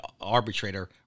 arbitrator